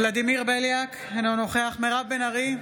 ולדימיר בליאק, אינו נוכח מירב בן ארי,